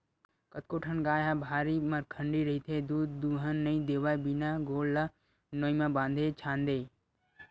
कतको ठन गाय ह भारी मरखंडी रहिथे दूद दूहन नइ देवय बिना गोड़ ल नोई म बांधे छांदे